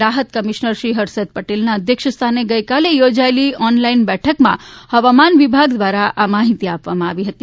રાહત કમિશનર શ્રી હર્ષદ પટેલના અધ્યક્ષ સ્થાને ગઇકાલે યોજાયેલી ઓનલાઈન બેઠકમાં હવામાન વિભાગ દ્વારા આ માહિતી આપવામાં આવી હતી